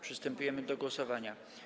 Przystępujemy do głosowania.